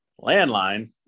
landline